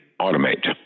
automate